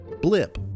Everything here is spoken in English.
Blip